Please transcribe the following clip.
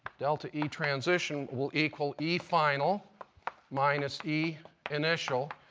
delta e transition will equal e final minus e initial,